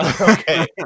Okay